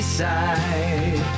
side